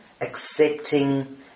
accepting